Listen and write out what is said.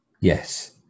Yes